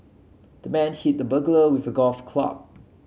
the man hit the burglar with a golf club